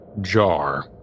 jar